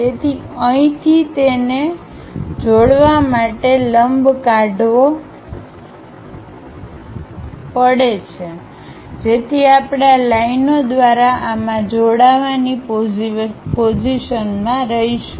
તેથી અહીંથી તેને જોડવા માટે લંબ કાઢવો પડે છે જેથી આપણે આ લાઈનઓ દ્વારા આમાં જોડાવાની પોઝિશનમાં રહીશું